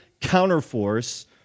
counterforce